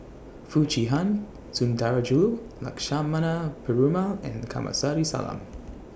Foo Chee Han Sundarajulu Lakshmana Perumal and Kamsari Salam